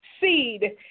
seed